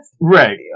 Right